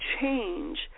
change